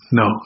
no